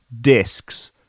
discs